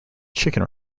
chicken